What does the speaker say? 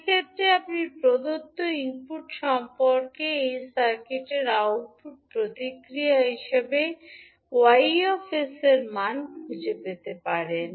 সেক্ষেত্রে আপনি প্রদত্ত ইনপুট সম্পর্কে এই সার্কিটের আউটপুট প্রতিক্রিয়া হিসাবে 𝑌 𝑠 এর মান খুঁজে পেতে পারেন